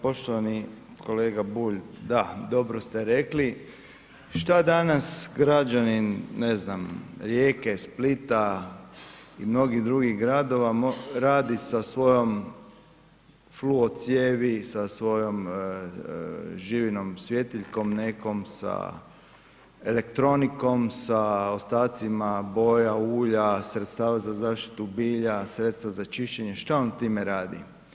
Poštovani kolega Bulj, da, dobro ste rekli, šta danas građanin ne znam Rijeke, Splita i mnogih drugih gradova radi sa svojom fluo cijevi, sa svojom živinom svjetiljkom nekom, sa elektronikom, sa ostacima boja, ulja, sredstava za štitu bilja, sredstva za čišćenje, šta on time radi.